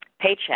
paycheck